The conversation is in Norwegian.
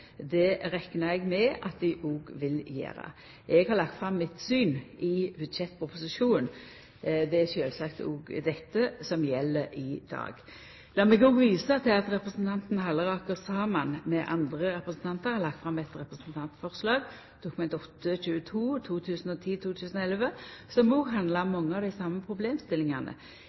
Det reknar eg med at dei òg vil gjera. Eg har lagt fram mitt syn i budsjettproposisjonen. Det er sjølvsagt dette som gjeld i dag. Lat meg òg visa til at representanten Halleraker saman med andre representantar har lagt fram eit representantforslag, Dokument 8:22 for 2010–2011, som handlar om mange av dei same problemstillingane.